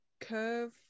curve